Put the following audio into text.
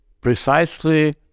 precisely